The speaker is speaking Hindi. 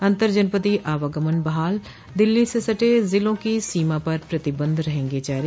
अन्तर जनपदीय आवागमन बहाल दिल्ली से सटे जिलों की सीमा पर प्रतिबंध रहेंगे जारी